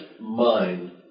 mind